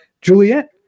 Juliet